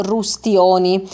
Rustioni